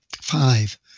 five